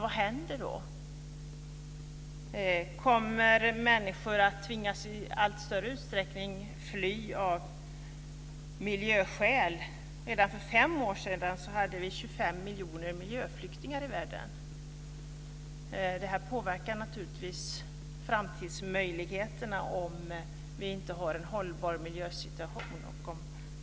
Vad händer då? Kommer människor att tvingas att i allt större utsträckning fly av miljöskäl? Redan för fem år sedan hade vi 25 miljoner miljöflyktingar i världen. Det påverkar naturligtvis framtidsmöjligheterna om vi inte har en hållbar miljösituation.